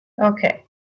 Okay